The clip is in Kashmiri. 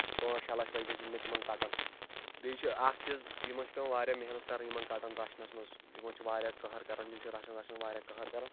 پانٛژھ شیٚے لَچھ رۄپیہِ زیٖنۍ مےٚ تِمن کَٹن بیٚیہِ چھُ اکھ چیٖز یِمن چھُ پیوان واریاہ محنت کَرٕنۍ یِمن کَٹن رَچھنس منٛز یِمن چھِ واریاہ کٔہر کران یِم چھِ رَچھان رَچھان واریاہ کٔہر کران